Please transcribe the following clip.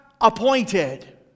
appointed